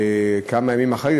כמה ימים אחרי זה,